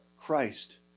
Christ